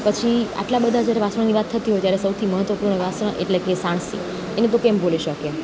પછી આટલા બધા જ્યારે વાસણની વાત થતી હોય ત્યારે સૌથી મહત્ત્વપૂર્ણ વાસણ એટલે કે સાણસી એને તો કેમ ભૂલી શકીએ